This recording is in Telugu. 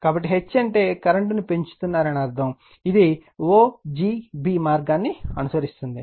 కాబట్టి H అంటే కరెంట్ను పెంచుతున్నారు అని అర్ధం ఇది o g b మార్గాన్ని అనుసరిస్తుంది